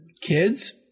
kids